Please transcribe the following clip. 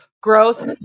gross